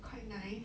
quite nice